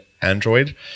Android